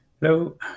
Hello